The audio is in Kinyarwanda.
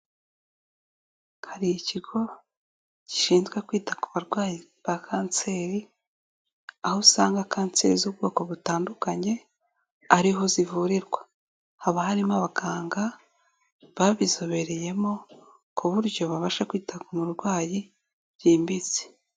Hari ikigo gishinzwe kwita ku barwayi ba kanseri, aho usanga kanseri z'ubwoko butandukanye ariho zivurirwa, haba harimo abaganga babizobereyemo ku buryo babasha kwita ku murwayi byimbitse.